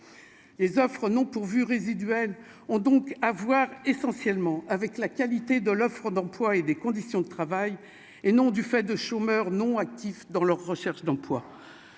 les offres non pourvues résiduels ont donc à voir essentiellement avec la qualité de l'offre d'emploi et des conditions de travail et non du fait de chômeurs non-actifs dans leur. Recherche d'emploi,